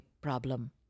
problem